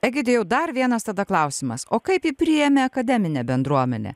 egidijau dar vienas tada klausimas o kaip jį priėmė akademinė bendruomenė